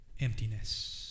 Emptiness